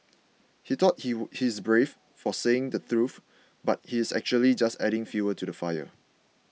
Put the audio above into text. he thought he he is brave for saying the truth but he's actually just adding fuel to the fire